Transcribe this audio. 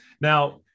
Now